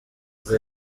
ubwo